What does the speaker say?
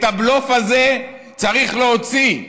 את הבלוף הזה צריך להוציא.